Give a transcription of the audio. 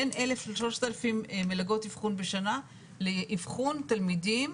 בין 1,000 ל-3,000 מלגות אבחון בשנה לאבחון תלמידים